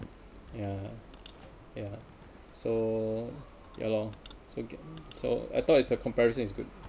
ya ya so ya lor so get so I thought it's a comparison is good